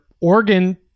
Oregon